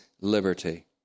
liberty